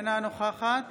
אינה נוכחת